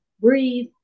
breathe